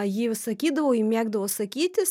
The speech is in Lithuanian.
ji sakydavo ji mėgdavo sakytis